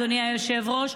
אדוני היושב-ראש,